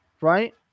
right